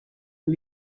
amb